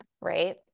right